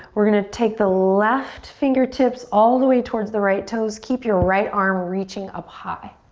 we're gonna take the left fingertips all the way towards the right toes. keep your right arm reaching up high.